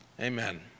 Amen